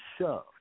shoved